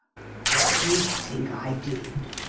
what do you think i did?